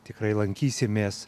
tikrai lankysimės